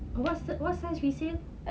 what s~ what size resale